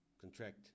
contract